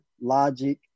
logic